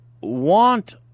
want